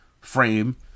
frame